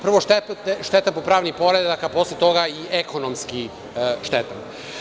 Prvo, štetan po pravni poredak, a posle toga i ekonomski štetan.